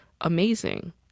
amazing